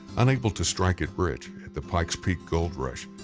unable to strike it rich at the pikes peak gold rush,